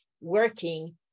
working